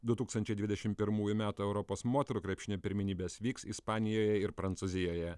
du tūkstančiai dvidešim pirmųjų metų europos moterų krepšinio pirmenybės vyks ispanijoje ir prancūzijoje